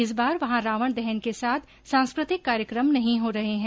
इस बार वहां रावण दहन के साथ सांस्कृतिक कार्यक्रम नहीं हो रहे है